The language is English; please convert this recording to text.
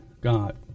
God